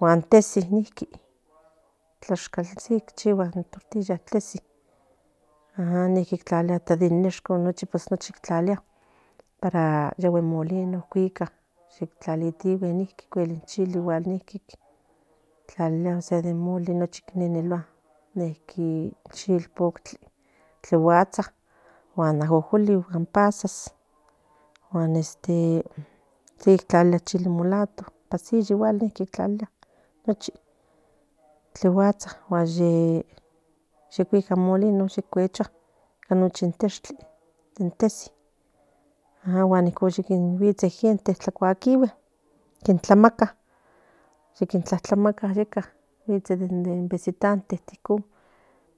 Guan tesi niqui tlashtaltesi ajam niqui tlalia para yagüe molino cuitla ocuel in chili de mole nelelua chipostli te gusta guan ajojolin in pasas este sequi tlalilia pasas noche tleguatsa ye cuitlanin molino tesi guitse tlamatla yeka guitse de visitantes icon